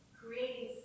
creating